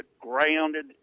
grounded